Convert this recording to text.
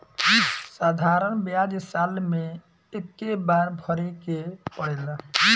साधारण ब्याज साल मे एक्के बार भरे के पड़ेला